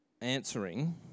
answering